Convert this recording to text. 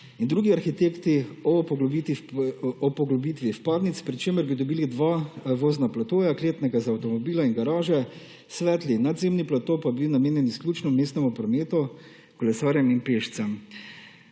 drugi arhitekti o poglobitvi vpadnic, pri čemer bi dobili dva vozna platoja, kletnega za avtomobile in garaže, svetli nadzemni plato pa bi bil namenjen izključno mestnemu prometu, kolesarjem in pešcem.